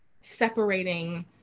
separating